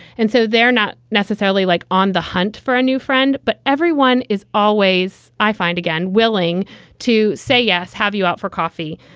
and so they're not necessarily like on the hunt for a new friend, but everyone is always. i find again willing to say yes, have you out for coffee?